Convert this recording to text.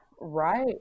Right